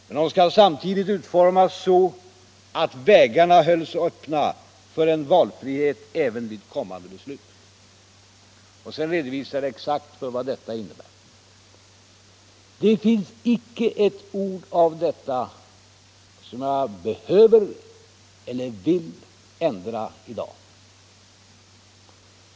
Men de skall samtidigt utformas så att vägarna hålls öppna även vid kommande beslut.” Sedan redovisade jag exakt vad detta innebär. Det finns icke ett ord av detta som jag behöver eller vill ändra i dag.